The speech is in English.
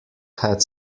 had